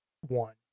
one